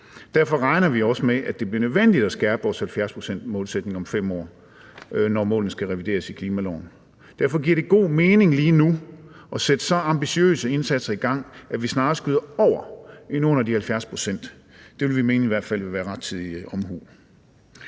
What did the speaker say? Derfor regner vi også med, at det bliver nødvendigt at skærpe vores 70-procentsmålsætning om 5 år, når målene skal revideres i klimaloven. Derfor giver det god mening lige nu at sætte så ambitiøse indsatser i gang, at vi snarere nogle steder skyder over i forhold til nogle af de 70 pct. Det vil vi i hvert fald mene ville være rettidig omhu.